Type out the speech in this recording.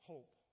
Hope